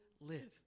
live